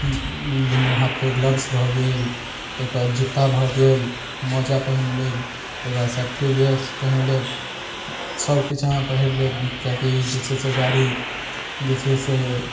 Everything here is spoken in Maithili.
दुनू हाथके ग्लव्स भऽ गेल ताहि के बाद जूता भऽ गेल मोजा पहिर लेब ताहि के बाद सेफ्टी वीयर्स पहिर लेब सब किछु अहाँ पहिर लेब किएकि जे छै से गाड़ी जे छै से